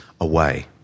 away